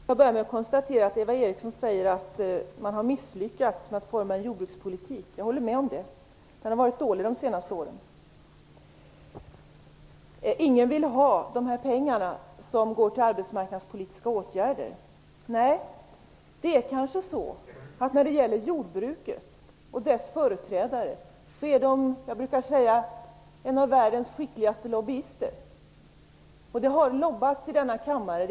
Herr talman! Jag börjar med att konstatera att Eva Eriksson säger att man har misslyckats med att forma en jordbrukspolitik. Jag håller med om det. Den har varit dålig under de senaste åren. Eva Eriksson säger att ingen vill ha de pengar som skall gå till arbetsmarknadspolitiska åtgärder. Nej, det är kanske så att när det gäller jordbruket och dess företrädare så är de, som jag brukar säga, några av världens skickligaste lobbyister. Det har bedrivits lobbying i denna kammaren.